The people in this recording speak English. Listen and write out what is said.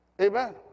Amen